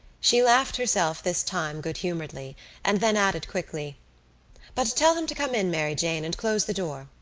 she laughed herself this time good-humouredly and then added quickly but tell him to come in, mary jane, and close the door.